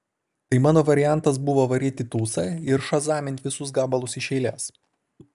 tai mano variantas buvo varyt į tūsą ir šazamint visus gabalus iš eilės